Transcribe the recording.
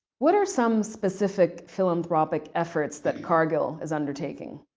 what are some specific philanthropic efforts that cargill is undertaking?